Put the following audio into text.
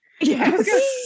yes